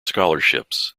scholarships